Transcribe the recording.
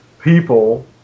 people